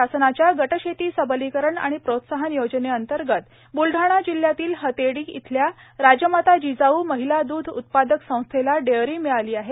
राज्य शासनाच्या गटशेती सबलीकरण आणि प्रोत्साहन योजेनेतंगत बुलढाणा जिल्ह्यातील हतेडी इथल्या राजमाता जिजाऊ महिला द्ध उत्पादक संस्थेला डेअरी मिळाली आहे